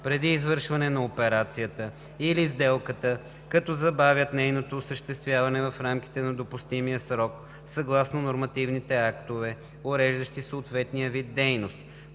преди извършване на операцията или сделката, като забавят нейното осъществяване в рамките на допустимия срок съгласно нормативните актове, уреждащи съответния вид дейност.